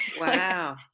Wow